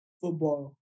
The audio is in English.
football